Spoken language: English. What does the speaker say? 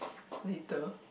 later